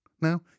Now